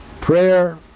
prayer